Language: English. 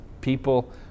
people